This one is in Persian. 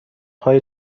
های